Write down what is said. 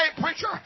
preacher